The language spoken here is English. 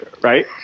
right